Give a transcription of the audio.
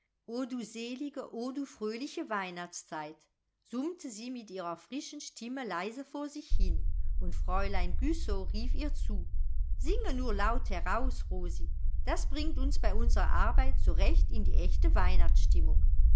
o du selige o du fröhliche weihnachtszeit summte sie mit ihrer frischen stimme leise vor sich hin und fräulein güssow rief ihr zu singe nur laut heraus rosi das bringt uns bei unsrer arbeit so recht in die echte